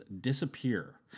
disappear